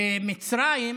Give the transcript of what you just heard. במצרים,